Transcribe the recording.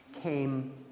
came